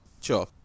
Sure